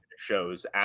shows